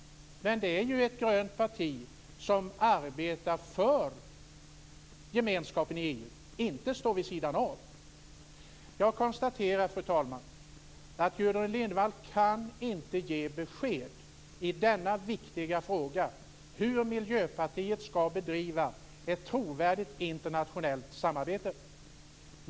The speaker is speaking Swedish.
Men de representerar gröna partier som arbetar för gemenskapen i EU och inte vill stå vid sidan av. Fru talman! Jag konstaterar att Gudrun Lindvall inte kan ge besked i den viktiga frågan om hur Miljöpartiet skall bedriva ett trovärdigt internationellt samarbete.